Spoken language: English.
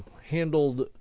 handled